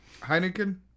Heineken